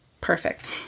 Perfect